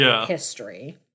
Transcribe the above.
history